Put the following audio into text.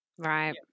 Right